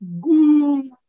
Good